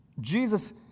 Jesus